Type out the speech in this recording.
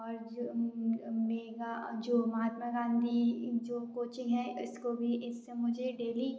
और जो मेघा जो महात्मा गांधी जो कोचिंग है इसको भी इससे मुझे डेली